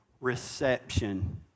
reception